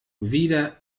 wieder